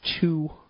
two